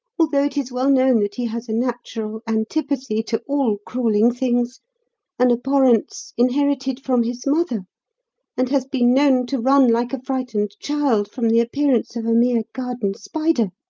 although it is well known that he has a natural antipathy to all crawling things an abhorrence inherited from his mother and has been known to run like a frightened child from the appearance of a mere garden spider.